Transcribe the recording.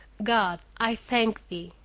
god, i thank thee!